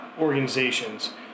Organizations